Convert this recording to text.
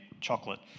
chocolate